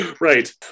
Right